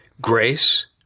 Grace